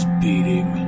beating